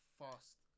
fast